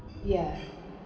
ya